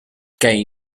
gay